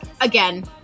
again